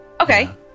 Okay